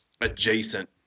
adjacent